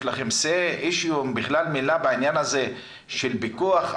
יש לכם אמירה, בכלל מילה בעניין הזה של פיקוח?